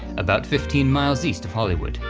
about fifteen miles east of hollywood,